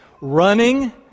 running